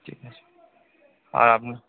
ঠিক আছে আর আপনি